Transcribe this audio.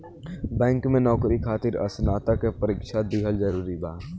Bank में नौकरी खातिर स्नातक के परीक्षा दिहल जरूरी बा?